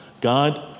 God